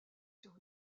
sur